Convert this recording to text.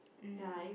um